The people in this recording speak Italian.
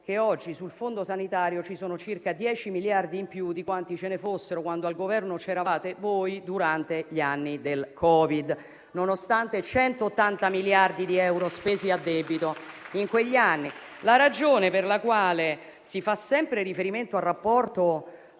che oggi sul fondo sanitario ci sono circa 10 miliardi in più di quanti ce ne fossero quando al Governo c'eravate voi, durante gli anni del Covid, nonostante 180 miliardi di euro spesi a debito. La ragione per la quale si fa sempre riferimento al rapporto